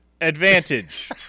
Advantage